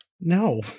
no